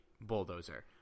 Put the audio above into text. bulldozer